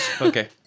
Okay